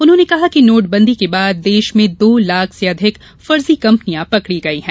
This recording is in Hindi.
उन्होंने कहा कि नोटबंदी के बाद देश में दो लाख से अधिक फर्जी कम्पनियां पकड़ी गई हैं